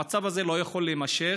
המצב הזה לא יכול להימשך,